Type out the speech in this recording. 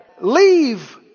Leave